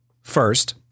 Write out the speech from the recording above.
First